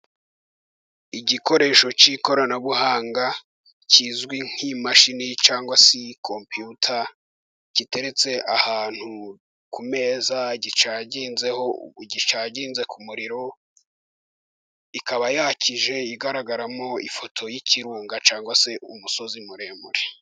Igikoresho cy'ikoranabuhanga kizwi nk'imashini cyangwa se kompiyuta kiteretse ahantu ku meza gicaginzeho, gicaginze ku muririro, ikaba yakije igaragaramo ifoto y'ikirunga cg se umusozi muremure.